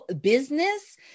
business